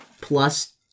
plus